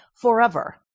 forever